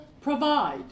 provide